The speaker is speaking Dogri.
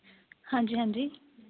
हां जी हां जी